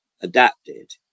adapted